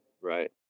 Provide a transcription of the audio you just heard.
Right